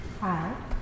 Hi